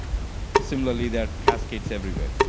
similarly, there are cascades everywhere.